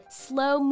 slow